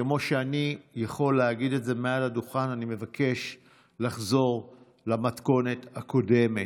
אני יכול להגיד את זה מעל הדוכן: אני מבקש לחזור למתכונת הקודמת.